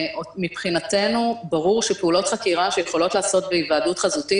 מבחינתנו ברור שפעולות חקירה שיכולות להיעשות בהיוועדות חזותית,